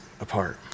apart